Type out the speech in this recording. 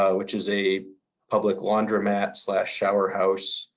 ah which is a public laundromat shower house.